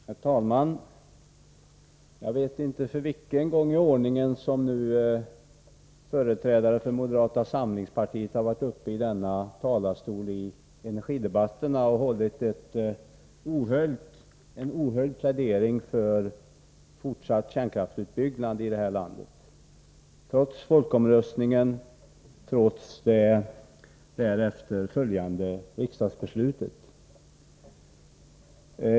Herr talman! Jag vet inte för vilken gång i ordningen som nu företrädare för moderata samlingspartiet varit uppe i denna talarstol i energidebatten och hållit ohöljda pläderingar för fortsatt kärnkraftsutbyggnad i detta land, trots folkomröstningen och trots det därefter följande riksdagsbeslutet.